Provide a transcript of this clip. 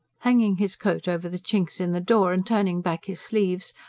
hanging his coat over the chinks in the door, and turning back his sleeves,